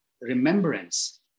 remembrance